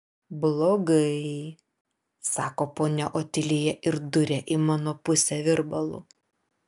blogai sako ponia otilija ir duria į mano pusę virbalu